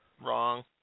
Wrong